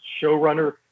showrunner